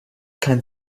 kein